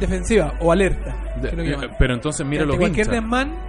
defensiva o alerta, De- creo que eh, llaman. pero entonces mira Espérate, los cualquier hinchas. desmán